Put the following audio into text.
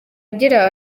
agira